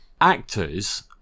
Actors